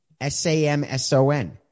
S-A-M-S-O-N